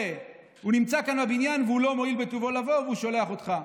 והוא נמצא כאן בבניין והוא לא מואיל בטובו לבוא והוא שולח אותך.